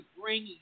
bring